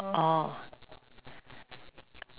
orh